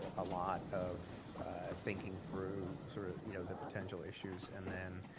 ah a lot of thinking through sort of you know the potential issues, and then